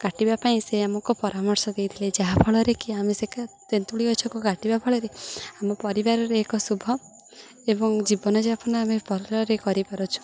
କାଟିବା ପାଇଁ ସେ ଆମକୁ ପରାମର୍ଶ ଦେଇଥିଲେ ଯାହାଫଳରେ କି ଆମେ ସେ କା ତେନ୍ତୁଳି ଗଛକୁ କାଟିବା ଫଳରେ ଆମ ପରିବାରରେ ଏକ ଶୁଭ ଏବଂ ଜୀବନଯାପନ ଆମେ ଭଲରେ କରିପାରୁଛୁ